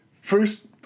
first